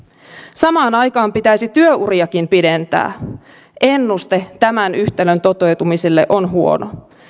samaan aikaan pitäisi työuriakin pidentää ennuste tämän yhtälön toteutumiselle on huono